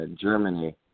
Germany